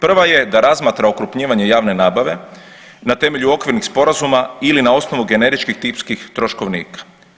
Prva je da razmatra okrupnjivanje javne nabave na temelju okvirnih sporazuma ili na osnovu generičkih tipskih troškovnika.